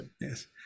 Yes